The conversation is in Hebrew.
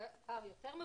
היותר מבוגרים,